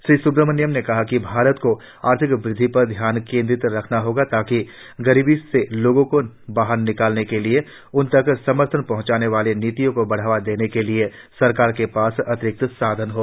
श्री स्ब्रह्मण्यन ने कहा कि भारत को आर्थिक वृद्धि पर ध्यान केन्द्रित रखना होगा ताकि गरीबी से लोगों को बाहर निकालने के लिए उन तक समर्थन पहंचाने वाली नीतियों को बढ़ावा देने के लिए सरकार के पास अतिरिक्त साधन हों